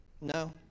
No